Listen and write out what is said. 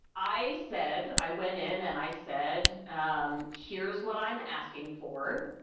i said i went in and i said, um here's what i'm asking for.